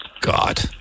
God